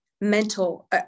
mental